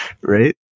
Right